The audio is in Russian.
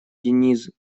дениз